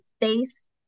face